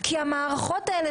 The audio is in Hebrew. כי המערכות האלה,